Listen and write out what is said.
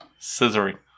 Scissoring